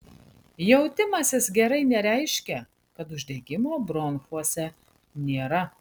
jautimasis gerai nereiškia kad uždegimo bronchuose nėra